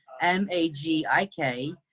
M-A-G-I-K